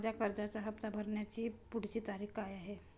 माझ्या कर्जाचा हफ्ता भरण्याची पुढची तारीख काय आहे?